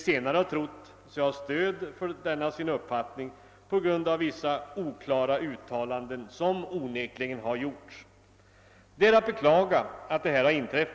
Man har ansett sig ha stöd för denna uppfattning i vissa oklara uttalanden som onekligen gjorts.